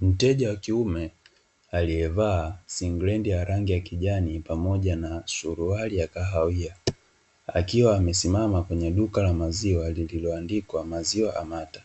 Mteja wa kiume aliyevaa singlendi ya rangi ya kijani pamoja na suruali ya kahawia, akiwa amesimama kwenye duka la maziwa lililoandikwa "Maziwa Amata",